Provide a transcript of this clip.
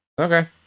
Okay